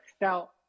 Now